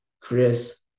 Chris